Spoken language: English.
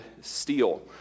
steal